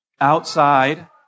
Outside